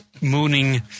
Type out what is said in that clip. mooning